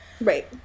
Right